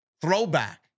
throwback